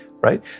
right